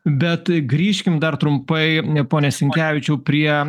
bet grįžkim dar trumpai pone sinkevičiau prie